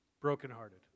Brokenhearted